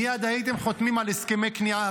מייד הייתם חותמים על הסכמי כניעה.